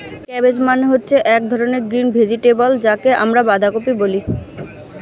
cabbage মানে হচ্ছে এক ধরনের গ্রিন ভেজিটেবল যাকে আমরা বাঁধাকপি বলি